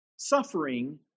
Suffering